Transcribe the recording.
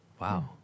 Wow